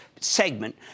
segment